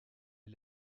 est